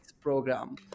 program